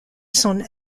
son